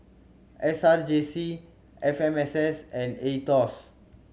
S R J C F M S S and Aetos